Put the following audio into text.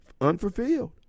unfulfilled